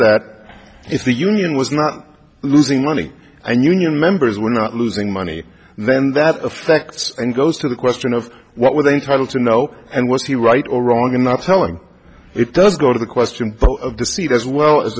that if the union was not losing money and union members were not losing money then that affects and goes to the question of what would entitle to know and was he right or wrong in not telling it does go to the question of the seat as well as